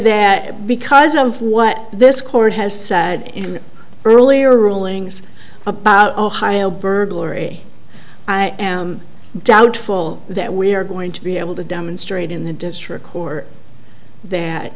that because of what this court has said in the earlier rulings about ohio burglary i am doubtful that we are going to be able to demonstrate in the district court that